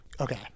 Okay